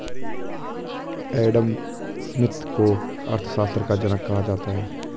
Adam Smith को अर्थशास्त्र का जनक कहा जाता है